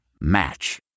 Match